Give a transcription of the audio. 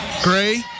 Gray